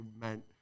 meant